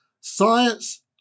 science